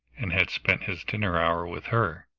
and had spent his dinner-hour with her.